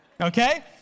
Okay